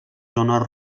zones